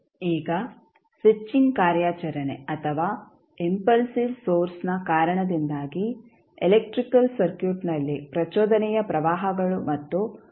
ಈಗ ಸ್ವಿಚಿಂಗ್ ಕಾರ್ಯಾಚರಣೆ ಅಥವಾ ಇಂಪಲ್ಸಿವ್ ಸೋರ್ಸ್ನ ಕಾರಣದಿಂದಾಗಿ ಎಲೆಕ್ಟ್ರಿಕಲ್ ಸರ್ಕ್ಯೂಟ್ನಲ್ಲಿ ಪ್ರಚೋದನೆಯ ಪ್ರವಾಹಗಳು ಮತ್ತು ವೋಲ್ಟೇಜ್ ಸಂಭವಿಸುತ್ತದೆ